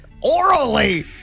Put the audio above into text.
orally